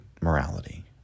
morality